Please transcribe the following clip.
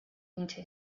into